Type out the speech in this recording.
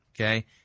okay